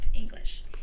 English